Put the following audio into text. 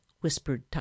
whispered